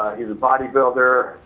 he's a body builder,